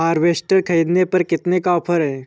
Harvester ख़रीदने पर कितनी का ऑफर है?